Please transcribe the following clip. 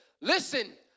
Listen